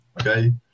Okay